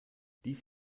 dies